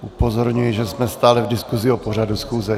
Upozorňuji, že jsme stále v diskusi o pořadu schůze.